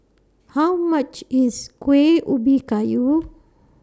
How much IS Kuih Ubi Kayu